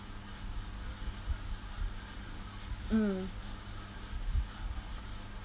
mm